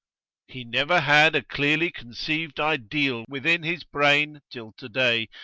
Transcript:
he never had a clearly conceived ideal within his brain till to-day.